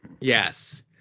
Yes